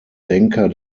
denker